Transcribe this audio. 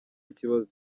kibazo